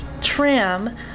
tram